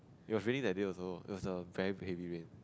it was raining that day also it was a very heavy rain